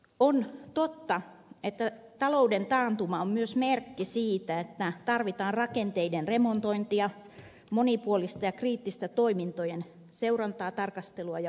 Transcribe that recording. on totta että talouden taantuma on myös merkki siitä että tarvitaan rakenteiden remontointia monipuolista ja kriittistä toimintojen seurantaa tarkastelua ja uudistusta